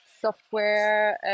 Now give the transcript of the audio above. software